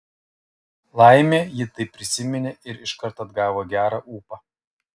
laimė ji tai prisiminė ir iškart atgavo gerą ūpą